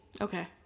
Okay